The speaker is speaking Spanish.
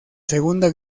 segunda